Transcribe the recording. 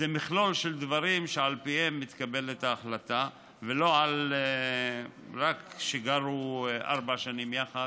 זה מכלול של דברים שעל פיהם מתקבלת ההחלטה ולא רק שגרו ארבע שנים יחד,